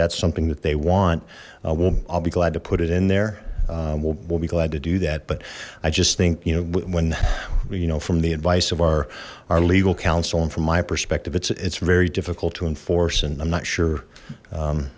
that's something that they want will i'll be glad to put it in there we'll be glad to do that but i just think you know when you know from the advice of our our legal counsel and from my perspective it's it's very difficult to enforce and i'm not sure